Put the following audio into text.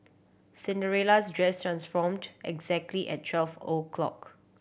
Cinderella's dress transformed exactly at twelve o'clock